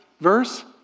verse